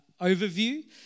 overview